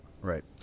Right